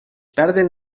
perden